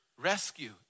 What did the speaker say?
Rescue